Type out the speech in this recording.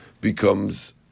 becomes